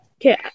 Okay